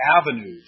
avenues